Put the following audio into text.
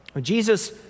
Jesus